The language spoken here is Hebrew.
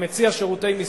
המציע שירותי מסרון,